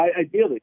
Ideally